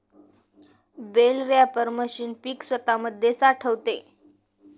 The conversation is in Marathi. बेल रॅपर मशीन पीक स्वतामध्ये साठवते